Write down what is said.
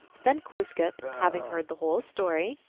then glooskap, having heard the whole story,